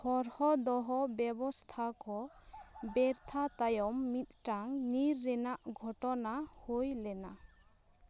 ᱦᱚᱨᱦᱚ ᱫᱚᱦᱚ ᱵᱮᱵᱚᱥᱛᱷᱟ ᱠᱚ ᱵᱮᱨᱛᱷᱟ ᱛᱟᱭᱚᱢ ᱢᱤᱫᱴᱟᱝ ᱧᱤᱨ ᱨᱮᱱᱟᱜ ᱜᱷᱚᱴᱚᱱᱟ ᱦᱩᱭ ᱞᱮᱱᱟ